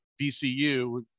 VCU